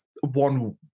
one